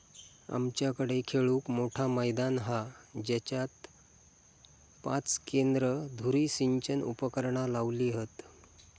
आमच्याकडे खेळूक मोठा मैदान हा जेच्यात पाच केंद्र धुरी सिंचन उपकरणा लावली हत